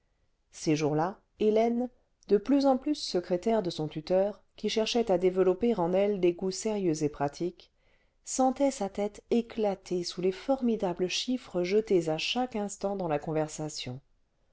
ces jours-là hélène de plus en plus secrétaire de son tuteur qui cherchait à développer en elle des goûts sérieux et pratiques sentait sa tête éclater sous les formidables chiffres jetés à chaque instant dans la conversation